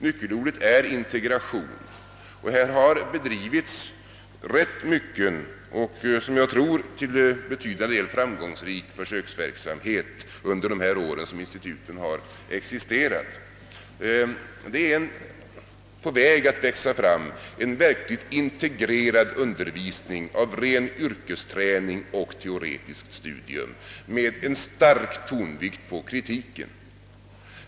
Nyckelordet är integration, och det har också bedrivits mycken och som jag tror till betydande del framgångsrik försöksverksamhet under de år som instituten har existerat. Det håller på att växa fram en verkligt integrerad undervisning med ren yrkesträning och teoretiskt studium med stark tonvikt på kritiken.